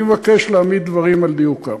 אני מבקש להעמיד דברים על דיוקם: